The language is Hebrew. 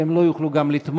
והם לא יוכלו גם לתמוך